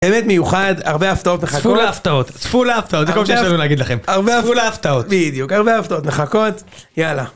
אמת מיוחד, הרבה הפתעות מחכות, צפו להפתעות, צפו להפתעות זה כל שיש לנו להגיד לכם, צפו להפתעות, הרבה הפתעות מחכות, יאללה.